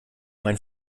mein